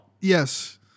Yes